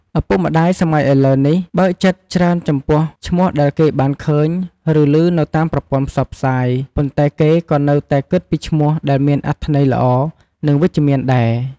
ឪពុកម្ដាយសម័យឥឡូវនេះ បើកចិត្តច្រើនចំពោះឈ្មោះដែលគេបានឃើញ ឬ ឮនៅតាមប្រព័ន្ធផ្សព្វផ្សាយ ប៉ុន្តែគេក៏នៅតែគិតពីឈ្មោះដែលមានអត្ថន័យល្អ និងវិជ្ជមានដែរ។